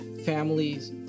Families